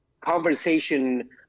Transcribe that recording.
conversation